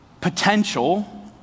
potential